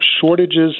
shortages